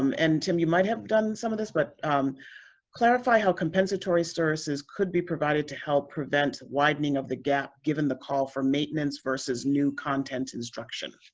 um and, tim, you might have done some of this, but clarify how compensatory services could be provided to help prevent widening of the gap given the call for maintenance versus new content instruction.